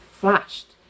flashed